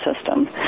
system